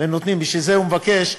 בשביל זה הוא מבקש,